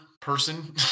person